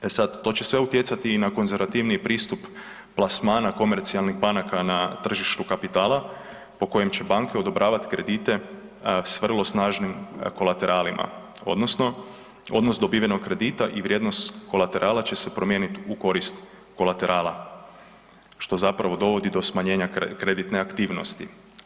E sada to će sve utjecati i na konzervativniji pristup plasmana komercijalnih banaka na tržištu kapitala po kojem će banke odobravat kredite s vrlo snažim kolateralama odnosno odnos dobivenog kredita i vrijednost kolaterala će se promijeniti u korist kolaterala što zapravo dovodi do smanjenja kreditne aktivnosti.